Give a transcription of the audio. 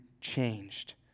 changed